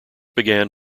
began